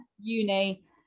uni